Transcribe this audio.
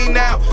now